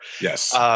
Yes